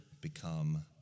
become